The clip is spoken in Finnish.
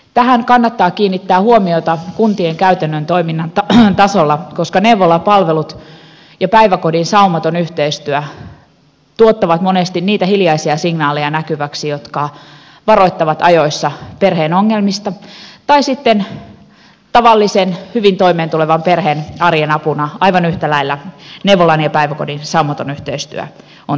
tähän kannattaa kiinnittää huomiota kuntien käytännön toiminnan tasolla koska neuvolapalvelut ja päiväkodin saumaton yhteistyö tuottavat monesti niitä hiljaisia signaaleja näkyväksi jotka varoittavat ajoissa perheen ongelmista ja aivan yhtä lailla tavallisen hyvin toimeentulevan perheen arjen apuna neuvolan ja päiväkodin saumaton yhteistyö on tärkeää